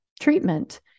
treatment